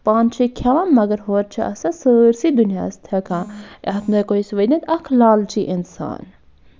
پانہٕ چھُ یہِ کھٮ۪وان مَگر ہورٕ چھُ آسان سٲرۍسٕے دُنیاہَس تھٮ۪کان یَتھ منٛز ہٮ۪کَو أسۍ ؤنِتھ اکھ لالچی اِنسان